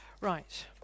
Right